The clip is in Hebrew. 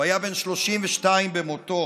הוא היה 32 במותו.